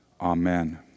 Amen